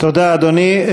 תודה, אדוני.